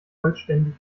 vollständig